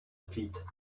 feet